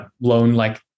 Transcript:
loan-like